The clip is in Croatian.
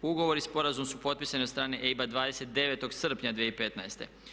Ugovor i sporazum su potpisani od strane EIB-a 29. srpnja 2015.